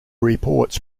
reports